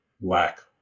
lack